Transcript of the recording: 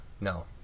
No